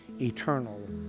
eternal